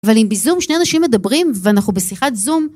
אבל אם בזום שני אנשים מדברים, ואנחנו בשיחת זום...